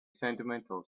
sentimental